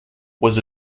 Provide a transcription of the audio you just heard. was